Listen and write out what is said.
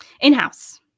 in-house